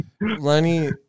Lenny